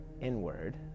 inward